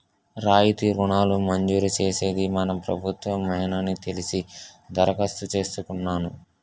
రాయితీ రుణాలు మంజూరు చేసేది మన ప్రభుత్వ మేనని తెలిసి దరఖాస్తు చేసుకున్నాను